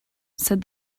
said